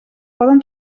poden